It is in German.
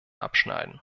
abschneiden